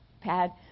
pad